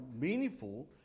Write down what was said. meaningful